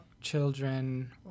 children